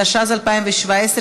התשע"ז 2017,